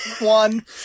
One